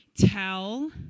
tell